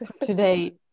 today